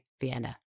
Vienna